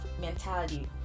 mentality